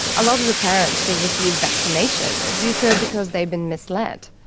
a lot of the parents who refuse vaccination do so because they've been misled.